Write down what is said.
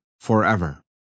forever